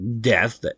death